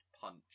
punch